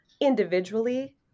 individually